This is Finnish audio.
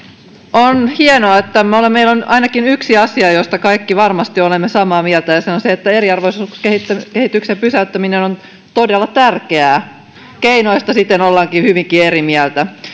on hienoa että meillä on ainakin yksi asia josta kaikki varmasti olemme samaa mieltä ja se on se että eriarvoisuuskehityksen pysäyttäminen on on todella tärkeää keinoista sitten ollaankin hyvinkin eri mieltä